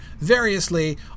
variously